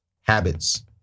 habits